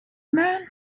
man